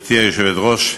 גברתי היושבת-ראש,